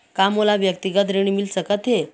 का मोला व्यक्तिगत ऋण मिल सकत हे?